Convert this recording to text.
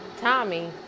Tommy